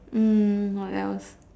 mm what else